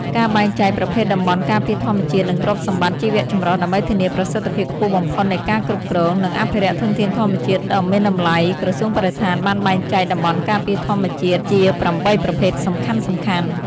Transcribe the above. ការបែងចែកប្រភេទតំបន់ការពារធម្មជាតិ និងទ្រព្យសម្បត្តិជីវៈចម្រុះ ដើម្បីធានាប្រសិទ្ធភាពខ្ពស់បំផុតនៃការគ្រប់គ្រង និងអភិរក្សធនធានធម្មជាតិដ៏មានតម្លៃ ក្រសួងបរិស្ថានបានបែងចែកតំបន់ការពារធម្មជាតិជា ៨ ប្រភេទសំខាន់ៗ។